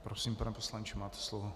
Prosím, pane poslanče, máte slovo.